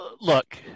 Look